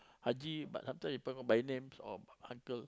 haji but sometime people call by names or uncle